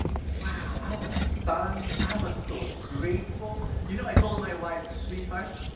wow! i was stunned. i was so grateful. you know, i told my wife, sweetheart,